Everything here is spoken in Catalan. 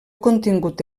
contingut